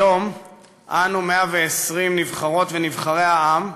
היום אנו, 120 נבחרות ונבחרי העם,